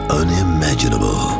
unimaginable